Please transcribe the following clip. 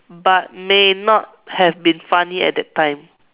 but may not have been funny at that time